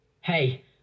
Hey